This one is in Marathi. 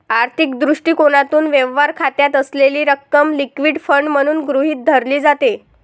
आर्थिक दृष्टिकोनातून, व्यवहार खात्यात असलेली रक्कम लिक्विड फंड म्हणून गृहीत धरली जाते